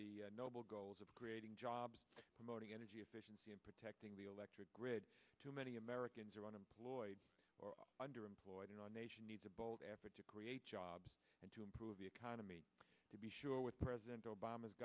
the noble goals of creating jobs mody energy efficiency and protecting the electric grid too many americans are unemployed or underemployed and our nation needs a bold effort to create jobs and to improve the economy to be sure with president o